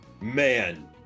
man